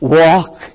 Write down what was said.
walk